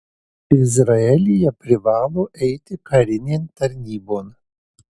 izraelyje privalo eiti karinėn tarnybon